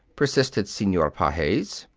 persisted senor pages.